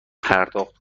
پرداخت